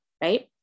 right